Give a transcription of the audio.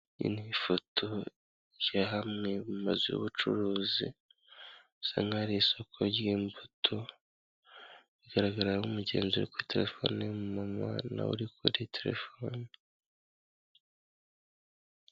Iyi ni ifoto y'ishyiraha ry'amazu y'ubucuruzi usanga hari isoko ry'imbuto igaragaramo umugenzi uri kuri telefoni n'umumama nawe uri kuri telefone.